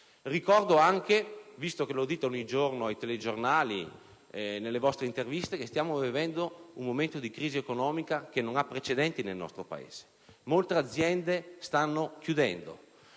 Ricordo anche, visto che lo dite ogni giorno ai telegiornali e nelle vostre interviste, che stiamo vivendo un momento di crisi economica che non ha precedenti nel nostro Paese. Molte aziende stanno chiudendo,